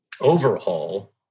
overhaul